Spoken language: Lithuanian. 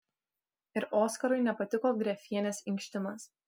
ir oskarui nepatiko grefienės inkštimas